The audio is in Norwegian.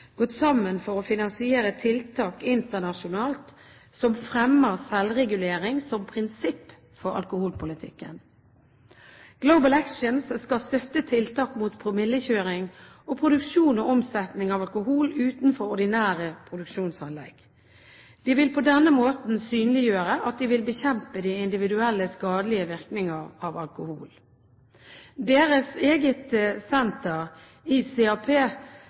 gått sammen for å finansiere tiltak internasjonalt som fremmer selvregulering som prinsipp for alkoholpolitikken. Global Actions skal støtte tiltak mot promillekjøring og produksjon og omsetning av alkohol utenfor ordinære produksjonsanlegg. De vil på den måten synliggjøre at de vil bekjempe de individuelle skadelige virkninger av alkohol. Deres eget senter,